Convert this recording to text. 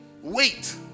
Wait